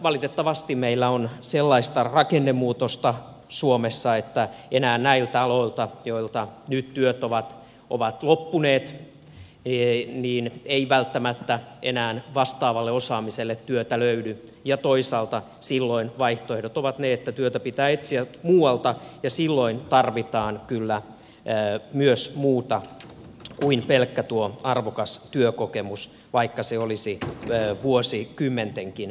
valitettavasti meillä on sellaista rakennemuutosta suomessa että enää näiltä aloilta joilta nyt työt ovat loppuneet ei välttämättä vastaavalle osaamiselle työtä löydy ja toisaalta silloin vaihtoehdot ovat ne että työtä pitää etsiä muualta ja silloin tarvitaan kyllä myös muuta kuin pelkkä tuo arvokas työkokemus vaikka se olisi vuosikymmentenkin mittainen